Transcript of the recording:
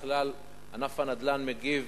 בכלל, ענף הנדל"ן מגיב